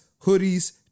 hoodies